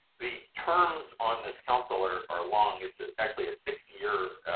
the terms on this council or or long, it's ah actually a six year